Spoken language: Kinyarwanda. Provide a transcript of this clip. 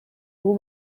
ubu